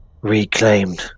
Reclaimed